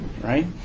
right